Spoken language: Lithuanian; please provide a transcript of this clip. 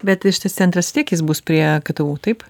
bet tai šitas centras vis tiek jis bus prie ktu taip